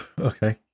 okay